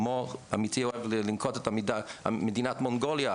עמיתי אוהב לנקוט את המידה, מדינת מונגוליה.